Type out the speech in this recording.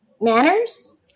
Manners